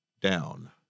down